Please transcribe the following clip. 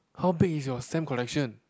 how big is your stamp collection